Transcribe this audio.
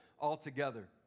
altogether